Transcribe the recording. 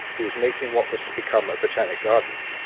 who was making what was to become a botanic garden.